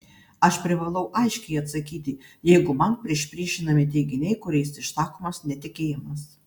aš privalau aiškiai atsakyti jeigu man priešpriešinami teiginiai kuriais išsakomas netikėjimas